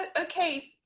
okay